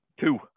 Two